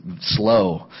slow